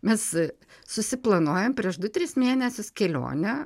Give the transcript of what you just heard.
mes susiplanuojam prieš du tris mėnesius kelionę